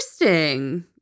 interesting